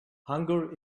hunger